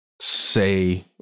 say